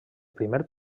primer